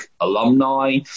alumni